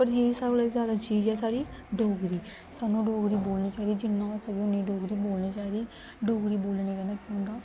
पर जेह्ड़ी सारे कोला जैदा चीज ऐ साढ़ी डोगरी सानूं डोगरी बोलनी चाहिदी जिन्ना होई सकै उ'न्नी डोगरी बोलनी चाहिदी डोगरी बोलने कन्नै केह् होंदा